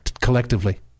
collectively